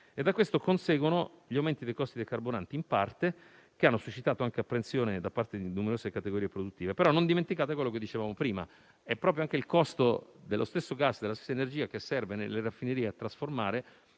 Da questo conseguono in parte gli aumenti dei costi del carburante, che hanno suscitato anche apprensione da parte di numerose categorie produttive. Non dimenticate però quello che dicevamo prima: è proprio il costo dello stesso gas, della stessa energia, che serve nelle raffinerie a trasformare